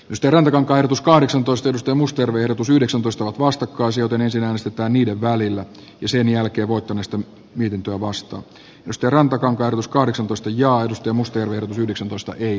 mstöran korotus kahdeksantoista edusta muster verotus yhdeksäntoista vastakkaisilta ne sinänsä tai niiden välillä sitten voittaneesta mietintöä vastaan nosti rantakaan korotus kahdeksantoista johdosta mustonen yhdeksäntoista ei